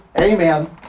Amen